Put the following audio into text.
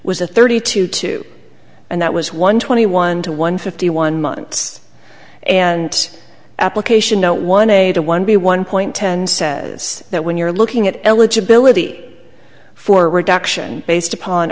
was a thirty two to and that was one twenty one to one fifty one months and application no one a the one b one point ten says that when you're looking at eligibility for reduction based upon